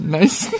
nice